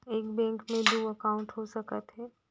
एक बैंक में दू एकाउंट हो सकत हे?